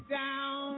down